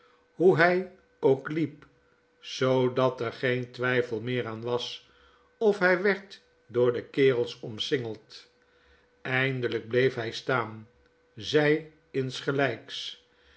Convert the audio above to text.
hoe hij ook liep zoodat er geen twijfel meer aan was of hy werd door de kerels omsingeld eindelijk bleef hjj staan zjj insgelps